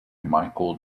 michael